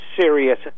serious